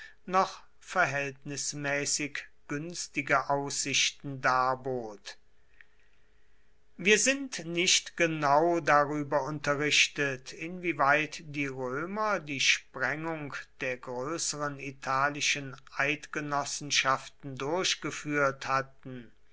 noch verhältnismäßig günstige aussichten darbot wir sind nicht genau darüber unterrichtet inwieweit die römer die sprengung der größeren italischen eidgenossenschaften durchgeführt hatten